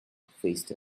faced